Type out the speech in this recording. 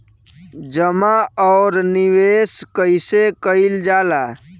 जमा और निवेश कइसे कइल जाला?